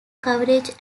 coverage